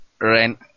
rent